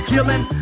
Killing